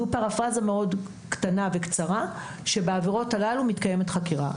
זו פרפרזה מאוד קטנה וקצרה שבעבירות הללו מתקיימת חקירה,